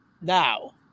Now